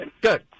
Good